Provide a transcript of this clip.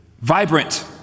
vibrant